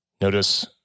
notice